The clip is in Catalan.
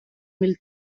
mil